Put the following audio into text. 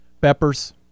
Peppers